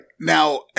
Now